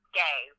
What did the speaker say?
gay